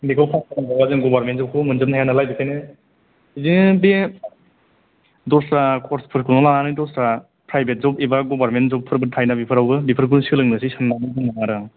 बेखौ मावखाङाबा जों गभर्नमेन्ट जबखौबो मोनजोबनो हाया नालाय बेखायनो बिदिनो बे दस्रा कर्सफोरखौनो लानानै दस्रा प्राइभेट जब एबा गभर्नमेन्ट जबफोरबो थायोना बेफोरखौ सोलोंनोसै सानबावदों आरो आं